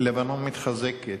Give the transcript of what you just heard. לבנון מתחזקת.